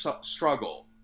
struggle